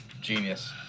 Genius